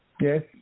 Yes